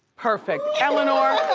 perfect. eleanor,